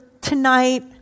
tonight